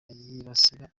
yibasira